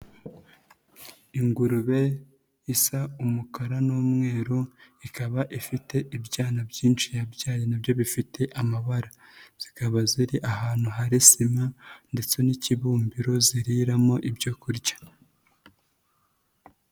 Ingurube isa umukara n'umweru, ikaba ifite ibyana byinshi yabyaye na byo bifite amabara. Zikaba ziri ahantu hari sima ndetse n'ikibumbiro ziriramo ibyo kurya.